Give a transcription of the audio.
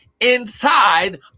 inside